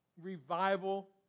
revival